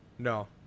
No